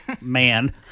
man